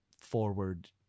forward